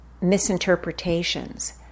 misinterpretations